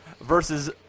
versus